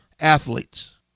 athletes